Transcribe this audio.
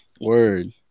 Word